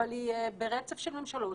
אבל היא ברצף של ממשלות,